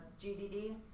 gdd